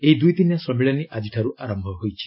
ଏହି ଦୁଇଦିନିଆ ସମ୍ମିଳନୀ ଆଜିଠାରୁ ଆରମ୍ଭ ହୋଇଛି